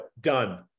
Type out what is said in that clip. done